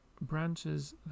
branches